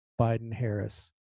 Biden-Harris